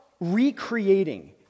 recreating